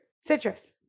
citrus